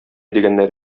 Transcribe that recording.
дигәннәр